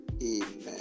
Amen